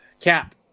Cap